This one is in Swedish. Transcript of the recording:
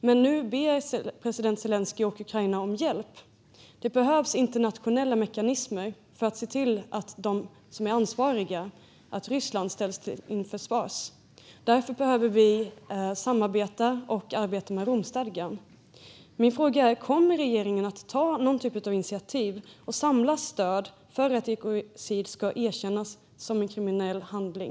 Men nu ber president Zelenskyj och Ukraina om hjälp. Det behövs internationella mekanismer för att se till att de som är ansvariga, alltså Ryssland, ställs till svars. Därför behöver vi samarbeta och arbeta med Romstadgan. Min fråga är: Kommer regeringen att ta någon typ av initiativ för att samla stöd för att ekocid ska erkännas som en kriminell handling?